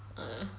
ah